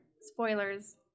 spoilers